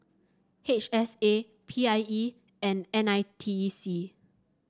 H S A P I E and N I T E C